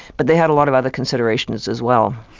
but they had a lot of other considerations as well.